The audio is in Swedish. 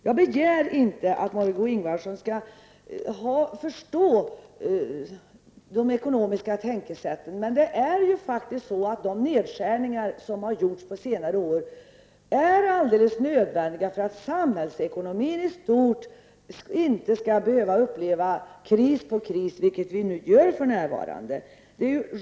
Jag begär inte att Margó Ingvardsson skall förstå de ekonomiska tänkesätten. Men de nedskärningar som har gjorts på senare år har varit alldeles nödvändiga för att samhällsekonomin i stort inte skall behöva uppleva kris på kris, vilket är fallet för närvarande.